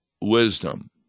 wisdom